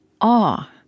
awe